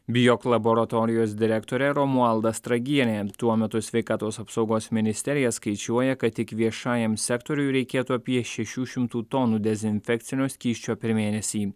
bijok laboratorijos direktorė romualda stragienė tuo metu sveikatos apsaugos ministerija skaičiuoja kad tik viešajam sektoriui reikėtų apie šešių šimtų tonų dezinfekcinio skysčio per mėnesį